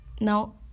now